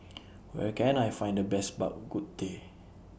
Where Can I Find The Best Bak Kut Teh